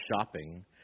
shopping